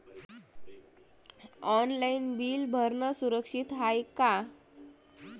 Online bill भरनं सुरक्षित हाय का?